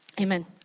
Amen